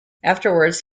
afterwards